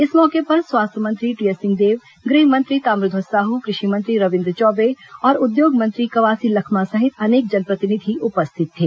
इस मौके पर स्वास्थ्य मंत्री टीएस सिंहदेव गृह मंत्री ताम्रध्वज साहू कृषि मंत्री रविन्द्र चौबे और उद्योग मंत्री कवासी लखमा सहित अनेक जनप्रतिनिधि उपस्थित थे